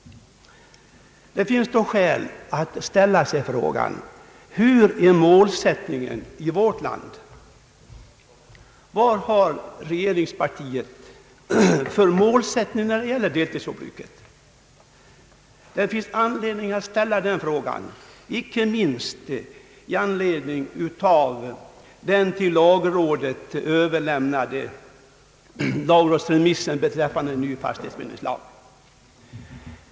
Det finns skäl att fråga sig: Vilken är målsättningen i vårt land, speciellt från regeringspartiet, när det gäller deltidsjordbruket? Man har anledning att ställa den frågan inte minst i anledning av den till lagrådet överlämnade lagrådsremissen beträffande ny fastighetsbildningslag.